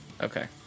Okay